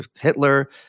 Hitler